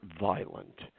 violent